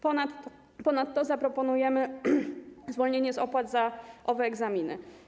Ponadto zaproponujemy zwolnienie z opłat za owe egzaminy.